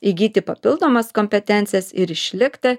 įgyti papildomas kompetencijas ir išlikti